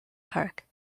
park